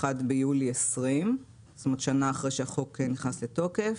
האחד ביולי 2020, שנה אחרי שהחוק נכנס לתוקף.